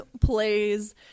plays